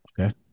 okay